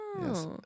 Yes